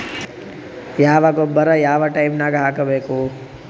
ಯಾವ ಗೊಬ್ಬರ ಯಾವ ಟೈಮ್ ನಾಗ ಹಾಕಬೇಕು?